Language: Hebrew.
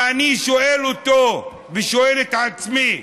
ואני שואל אותו ושואל את עצמי: